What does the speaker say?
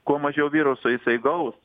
kuo mažiau viruso jisai gaus